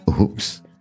Oops